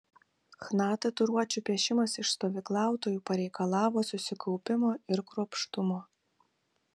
chna tatuiruočių piešimas iš stovyklautojų pareikalavo susikaupimo ir kruopštumo